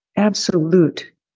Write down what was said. absolute